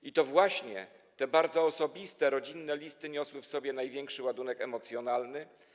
I to właśnie te bardzo osobiste rodzinne listy niosły w sobie największy ładunek emocjonalny.